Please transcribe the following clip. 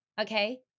okay